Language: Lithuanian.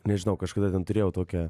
nežinau kažkada ten turėjau tokią